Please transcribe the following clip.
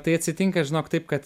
tai atsitinka žinok taip kad